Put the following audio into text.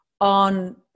on